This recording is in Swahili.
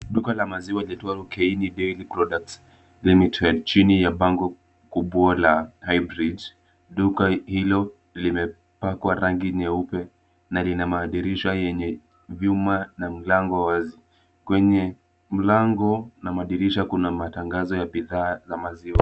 Duka la maziwa liitwalo Kieni Dairy Products Limited chini ya bango kubwa la Highbridge . Duka hilo limepakwa rangi nyeupe na lina madirisha yenye vyuma na mlango wazi. Kwenye mlango na madirisha kuna matangazo ya bidhaa za maziwa.